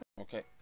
Okay